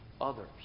others